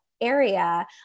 area